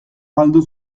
galdu